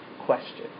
question